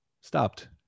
Stopped